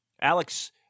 Alex